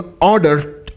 order